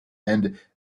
and